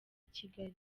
kigali